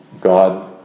God